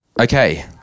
Okay